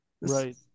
right